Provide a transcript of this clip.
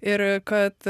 ir kad